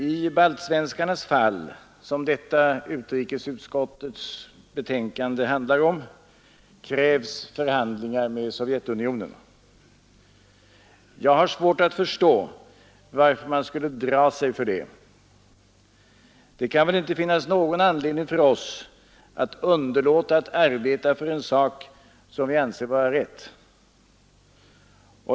I baltsvenskarnas fall, som detta utrikesutskottets betänkande handlar om, krävs förhandlingar med Sovjetunionen. Jag har svårt att förstå varför man skulle dra sig för sådana. Det kan väl inte finnas någon anledning för oss att underlåta att arbeta för en sak som vi anser vara rätt.